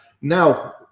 now